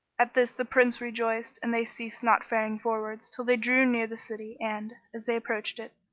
at this the prince rejoiced, and they ceased not faring forwards till they drew near the city and, as they approached it,